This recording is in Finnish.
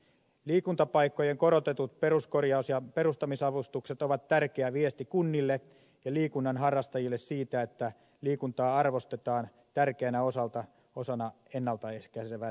liikuntapaikkojen korotetut peruskorjaus ja perustamisavustukset ovat tärkeä viesti kunnille ja liikunnanharrastajille siitä että liikuntaa arvostetaan tärkeänä osana ennalta ehkäisevää terveystyötä